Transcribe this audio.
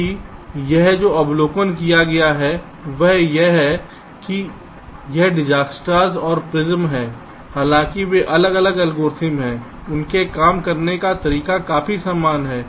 आप देखते हैं कि यहां जो अवलोकन किया गया है वह यह है कि यह डिजकस्त्रा'स और प्रिमस है हालांकि वे अलग अलग एल्गोरिदम हैं उनके काम करने का तरीका काफी समान है